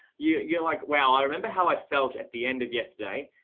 yeah you're like, wow, i remember how i felt at the end of yesterday,